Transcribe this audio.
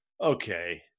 okay